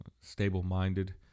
stable-minded